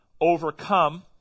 overcome